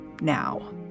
now